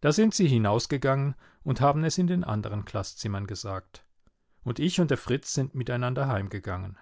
da sind sie hinausgegangen und haben es in den anderen klaßzimmern gesagt und ich und der fritz sind miteinander heimgegangen